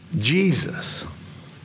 Jesus